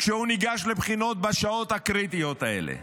כשהוא ניגש לבחינות בשעות הקריטיות האלה?